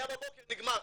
היה בבוקר ונגמר.